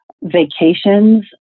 vacations